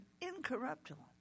incorruptible